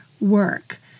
work